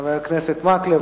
חבר הכנסת מקלב,